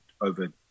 over-